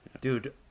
dude